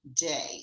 day